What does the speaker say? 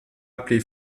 appelé